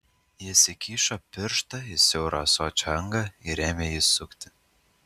jis įkišo pirštą į siaurą ąsočio angą ir ėmė jį sukti